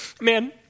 man